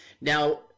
Now